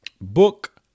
book